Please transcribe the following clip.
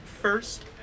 first